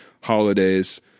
holidays